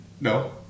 No